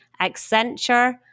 Accenture